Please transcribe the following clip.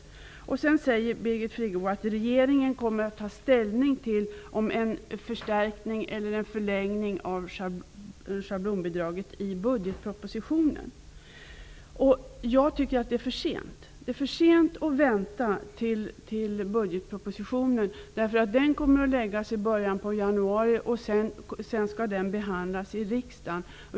Birgit Friggebo säger att regeringen kommer att i budgetpropositionen ta ställning till en förstärkning eller en förlängning av schablonbidraget. Jag tycker att det är för sent att vänta tills budgetpropositionen kommer. Den kommer att läggas fram i början av januari, och sedan skall den behandlas i riksdagen.